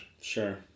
Sure